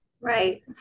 Right